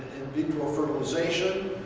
in vitro fertilization,